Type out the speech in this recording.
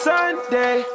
Sunday